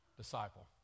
disciple